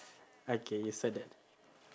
okay you saw that